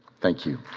thank you.